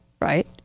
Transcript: right